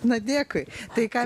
na dėkui tai ką